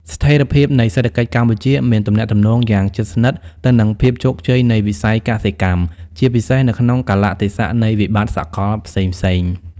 ស្ថិរភាពនៃសេដ្ឋកិច្ចកម្ពុជាមានទំនាក់ទំនងយ៉ាងជិតស្និទ្ធទៅនឹងភាពជោគជ័យនៃវិស័យកសិកម្ម ជាពិសេសនៅក្នុងកាលៈទេសៈនៃវិបត្តិសកលផ្សេងៗ។